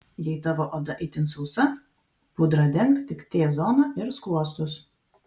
jei tavo oda itin sausa pudra denk tik t zoną ir skruostus